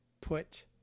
put